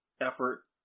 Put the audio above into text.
effort